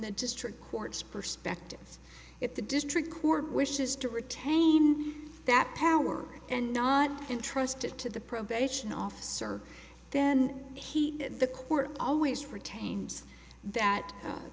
the district court's perspective if the district court wishes to retain that power and not entrusted to the probation officer then he the court always retains that